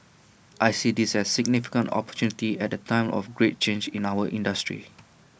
I see this as significant opportunity at A time of great change in our industry